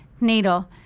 needle